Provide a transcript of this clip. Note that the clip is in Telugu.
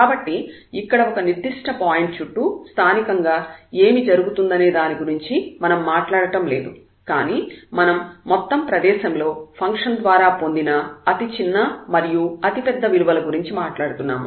కాబట్టి ఇక్కడ ఒక నిర్దిష్ట పాయింట్ చుట్టూ స్థానికంగా ఏమి జరుగుతుందనే దాని గురించి మనం మాట్లాడటం లేదు కానీ మనం మొత్తం ప్రదేశంలో ఫంక్షన్ ద్వారా పొందిన అతి చిన్న మరియు అతిపెద్ద విలువల గురించి మాట్లాడుతున్నాము